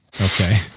Okay